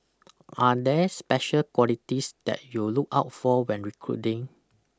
are there special qualities that you look out for when recruiting